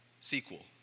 sequel